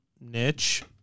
niche